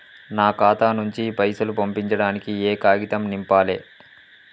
నా ఖాతా నుంచి పైసలు పంపించడానికి ఏ కాగితం నింపాలే?